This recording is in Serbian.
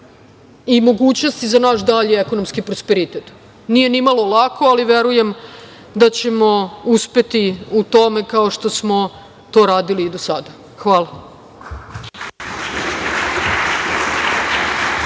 i mogućnosti za naš dalji prosperitet. Nije ni malo lako, verujem da ćemo uspeti u tome kao što smo to radili i do sada. Hvala.